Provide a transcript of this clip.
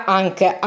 anche